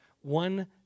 one